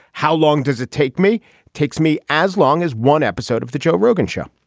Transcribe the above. how long does it take me takes me as long as one episode of the joe rogan show